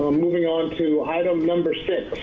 moving onto item number six,